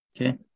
Okay